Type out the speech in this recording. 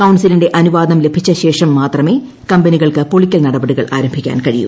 കൌൺസിലിന്റെ അനുവാദം ലഭിച്ച ശേഷം മാത്രമേ കമ്പനികൾക്ക് പൊളിക്കൽ നടപടികൾ ആരംഭിക്കാൻ കഴിയൂ